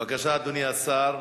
בבקשה, אדוני השר,